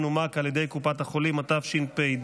הרחבת נפגעי עבירה בשל טבח ה-7 באוקטובר),